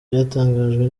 byatangajwe